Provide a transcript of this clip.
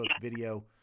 video